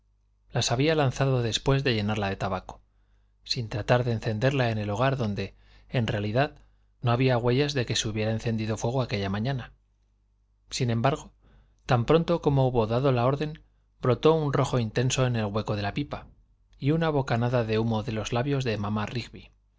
las había lanzado después de llenarla de tabaco sin tratar de encenderla en el hogar donde en realidad no había huellas de que se hubiera encendido fuego aquella mañana sin embargo tan pronto como hubo dado la orden brotó un rojo intenso en el hueco de la pipa y una bocanada de humo de los labios de mamá